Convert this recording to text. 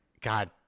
god